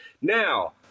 Now